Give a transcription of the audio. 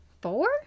four